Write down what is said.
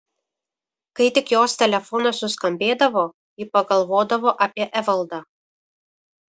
kai tik jos telefonas suskambėdavo ji pagalvodavo apie evaldą